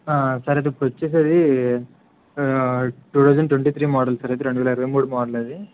ఆ సార్ ఇప్పుడు వచ్చేసి అది ఆ two thousand twenty three model అది రెండువేల ఇరవై మూడు మోడల్ అది